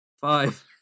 Five